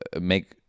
make